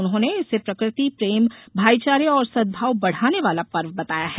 उन्होंने इसे प्रकृति प्रेम भाई चारे और सद्भाव बढ़ाने वाला पर्व बताया है